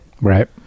Right